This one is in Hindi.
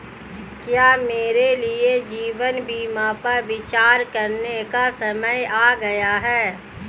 क्या मेरे लिए जीवन बीमा पर विचार करने का समय आ गया है?